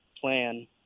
plan